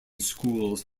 schools